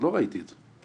עוד לא ראיתי את זה.